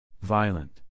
Violent